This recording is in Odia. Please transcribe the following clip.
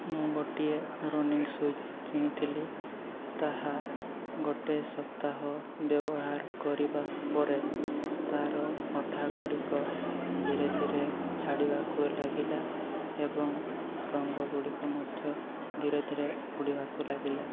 ମୁଁ ଗୋଟିଏ ରନିଂ ସ୍ୱିଚ୍ କିଣିଥିଲି ତାହା ଗୋଟେ ସପ୍ତାହ ବ୍ୟବହାର କରିବା ପରେ ତାର ଅଠା ଗୁଡ଼ିକ ଧିରେ ଧିରେ ଛାଡ଼ିବାକୁ ଲାଗିଲା ଏବଂ ରଙ୍ଗ ଗୁଡ଼ିକ ମଧ୍ୟ ଧିରେ ଧିରେ ଉଡ଼ିବାକୁ ଲାଗିଲା